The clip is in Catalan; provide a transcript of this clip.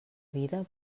vida